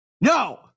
no